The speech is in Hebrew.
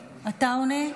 עטאונה,